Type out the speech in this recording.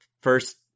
first